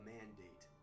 Mandate